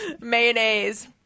mayonnaise